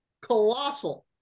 colossal